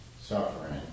suffering